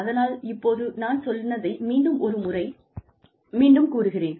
அதனால் இப்போது நான் சொன்னதை மீண்டும் ஒரு முறை மீண்டும் கூறுகிறேன்